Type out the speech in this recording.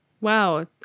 Wow